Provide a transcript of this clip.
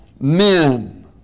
men